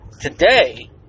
today